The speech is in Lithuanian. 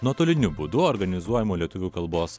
nuotoliniu būdu organizuojamo lietuvių kalbos